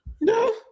no